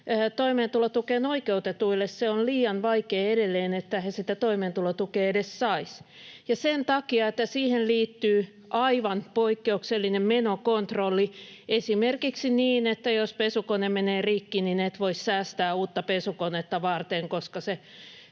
toimeentulotukeen oikeutetuille se on edelleen liian vaikea, että he sitä toimeentulotukea edes saisivat. Ja sen takia, että siihen liittyy aivan poikkeuksellinen menokontrolli, esimerkiksi niin, että jos pesukone menee rikki, niin et voi säästää uutta pesukonetta varten, koska se